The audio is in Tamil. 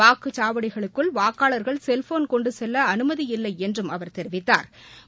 வாக்குச்சாவடிகளுக்குள் வாக்காளர்கள் செல்போன் கொண்டு செல்ல அனுமதி இல்லை என்றும் அவர் தெரிவித்தா்